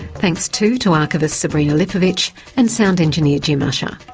thanks too, to archivist sabrina lipovic and sound engineer, jim ussher.